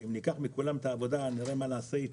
אם ניקח מכולם את העבודה ונראה מה נעשה איתם,